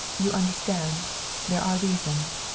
you understand there are reasons.